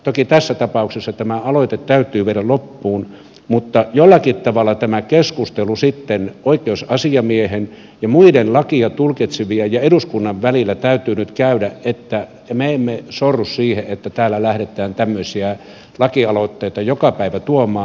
toki tässä tapauksessa tämä aloite täytyy viedä loppuun mutta jollakin tavalla tämä keskustelu oikeusasiamiehen ja muiden lakia tulkitsevien ja eduskunnan välillä täytyy nyt käydä että me emme sorru siihen että tänne lähdetään tämmöisiä lakialoitteita joka päivä tuomaan